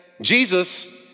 Jesus